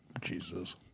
Jesus